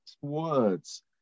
words